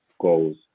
goals